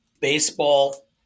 baseball